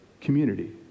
community